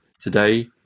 Today